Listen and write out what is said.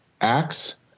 acts